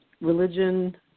religion